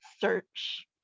search